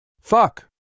Fuck